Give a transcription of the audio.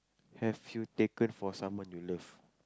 have you taken for someone you love